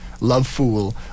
love-fool